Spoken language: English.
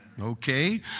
Okay